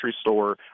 store